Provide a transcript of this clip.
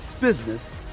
business